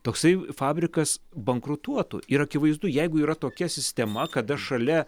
toksai fabrikas bankrutuotų ir akivaizdu jeigu yra tokia sistema kada šalia